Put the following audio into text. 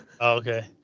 okay